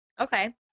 Okay